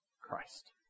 Christ